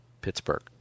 Pittsburgh